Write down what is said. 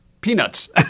peanuts